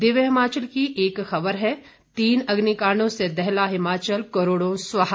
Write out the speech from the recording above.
दिव्य हिमाचल की एक खबर है तीन अग्निकांडों से दहला हिमाचल करोड़ों स्वाह